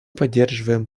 поддерживаем